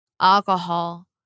alcohol